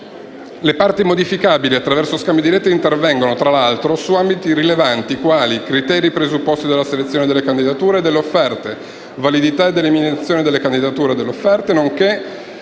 Le parti modificabili attraverso scambi di lettere intervengono, tra l'altro, su ambiti rilevanti, quali i criteri preposti alla selezione delle candidature e delle offerte, la validità dell'eliminazione delle candidature e delle offerte, nonché